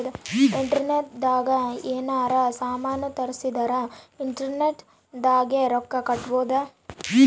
internet ದಾಗ ಯೆನಾರ ಸಾಮನ್ ತರ್ಸಿದರ ಇಂಟರ್ನೆಟ್ ದಾಗೆ ರೊಕ್ಕ ಕಟ್ಬೋದು